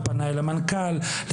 ופנה אל המנכ"ל הקודם,